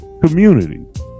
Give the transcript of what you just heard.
community